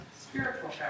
spiritual